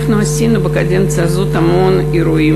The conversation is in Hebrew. אנחנו עשינו בקדנציה הזאת המון אירועים